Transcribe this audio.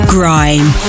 Grime